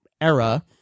era